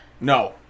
No